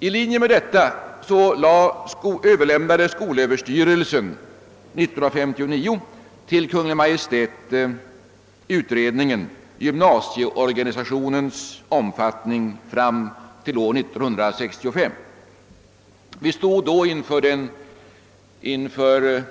I linje med detta överlämnade skolöverstyrelsen 1959 till Kungl. Maj:t utredningen =»Gymnasieorganisationens omfattning fram till år 1965». Vi stod då inför